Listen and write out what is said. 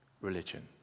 religion